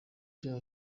bya